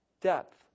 depth